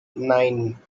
nine